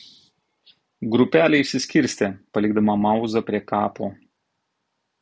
grupelė išsiskirstė palikdama mauzą prie kapo